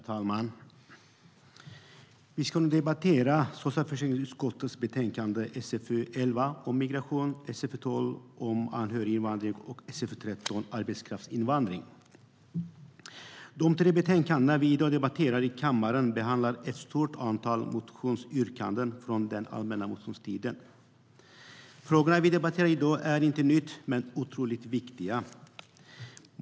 Herr talman! Vi ska nu debattera socialförsäkringsutskottets betänkande SfU11 om migration, SfU12 om anhöriginvandring och SfU13 om arbetskraftsinvandring. Dessa tre betänkanden som vi i dag debatterar i kammaren behandlar ett stort antal motionsyrkanden från den allmänna motionstiden. Frågorna är inte nya men otroligt viktiga.